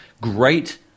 Great